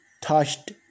touched